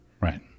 Right